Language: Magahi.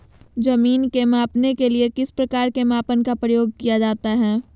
जमीन के मापने के लिए किस प्रकार के मापन का प्रयोग किया जाता है?